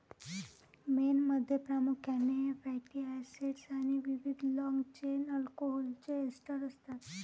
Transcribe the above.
मेणमध्ये प्रामुख्याने fatty acids आणि विविध लाँग चेन अल्कोहोलचे एस्टर असतात